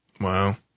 Wow